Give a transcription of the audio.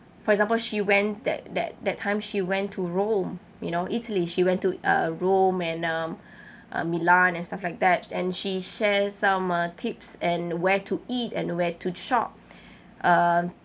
for example she went that that that time she went to rome you know italy she went to uh rome and um um milan and stuff like that and she share some uh tips and where to eat and where to shop um